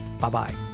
Bye-bye